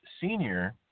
senior